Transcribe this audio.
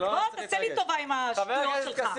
תעשה לי טובה עם השטויות שלך.